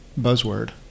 buzzword